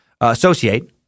associate